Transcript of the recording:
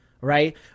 right